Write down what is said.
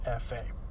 FA